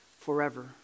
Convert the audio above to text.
forever